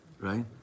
right